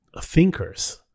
thinkers